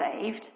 saved